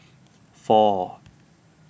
four